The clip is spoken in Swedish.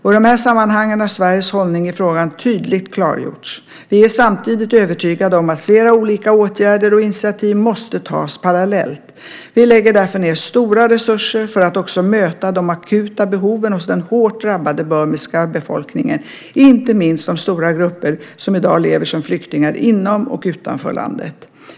I dessa sammanhang har Sveriges hållning i frågan tydligt klargjorts. Vi är samtidigt övertygade om att flera olika åtgärder och initiativ måste tas parallellt. Vi lägger därför ned stora resurser för att också möta de akuta behoven hos den hårt drabbade burmesiska befolkningen, inte minst de stora grupper som i dag lever som flyktingar inom och utanför landet.